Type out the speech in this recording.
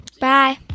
Bye